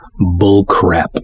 bullcrap